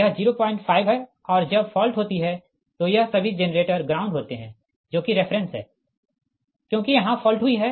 यह 05 है और जब फॉल्ट होती है तो यह सभी जेनरेटर ग्राउंड होते है जो कि रेफ़रेंस है क्योंकि यहाँ फॉल्ट हुई है